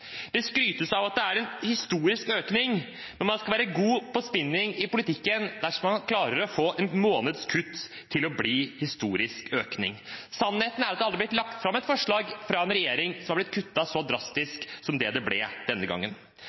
Det skrytes av at det er en historisk økning, men man skal være god på spinning i politikken dersom man klarer å få en måneds kutt til å bli en historisk økning. Sannheten er at det ble lagt fram et forslag fra regjeringen, men at det ble kuttet så drastisk som det det ble denne gangen.